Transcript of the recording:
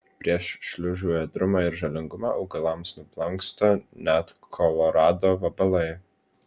prieš šliužų ėdrumą ir žalingumą augalams nublanksta net kolorado vabalai